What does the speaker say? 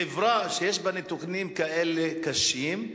חברה שיש בה נתונים כאלה קשים,